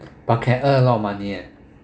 but can earn a lot of money eh